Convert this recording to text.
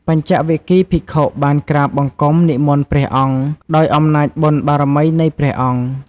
បញ្ចវគិ្គយ៍ភិក្ខុបានក្រាបបង្គំនិមន្តព្រះអង្គ ដោយអំណាចបុណ្យបារមីនៃព្រះអង្គ។